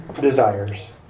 desires